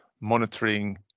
monitoring